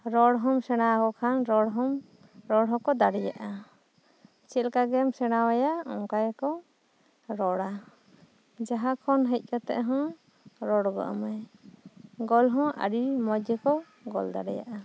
ᱨᱚᱲ ᱦᱚᱢ ᱥᱮᱬᱟ ᱟᱠᱚ ᱠᱷᱟᱱ ᱨᱚᱲ ᱦᱚᱢ ᱨᱚᱲ ᱦᱚᱸᱠᱚ ᱫᱟᱲᱮᱭᱟᱜ ᱟ ᱪᱮᱫᱞᱮᱠᱟ ᱜᱮᱢ ᱥᱮᱬᱟᱣᱟᱭᱟ ᱚᱱᱠᱟ ᱜᱮ ᱠᱚ ᱨᱚᱲᱟ ᱡᱟᱦᱟᱸ ᱠᱷᱚᱱ ᱦᱮᱡ ᱠᱟᱛᱮᱫ ᱦᱚᱸ ᱨᱚᱲ ᱜᱚᱫ ᱟᱢᱟᱭ ᱜᱚᱞ ᱦᱚᱸ ᱟᱹᱰᱤ ᱢᱚᱡᱽ ᱜᱮᱠᱚ ᱜᱚᱞ ᱫᱟᱲᱮᱭᱟᱜ ᱟ